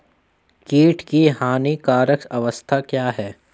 कीट की हानिकारक अवस्था क्या है?